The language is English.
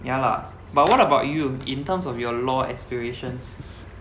ya lah but what about you in terms of your law aspirations